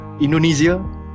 Indonesia